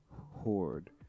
horde